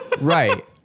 right